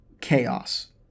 chaos